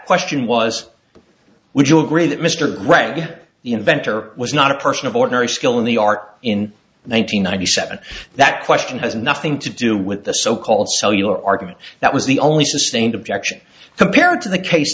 question was would you agree that mr gregg the inventor was not a person of ordinary skill in the art in one nine hundred ninety seven that question has nothing to do with the so called cellular argument that was the only sustained objection compared to the case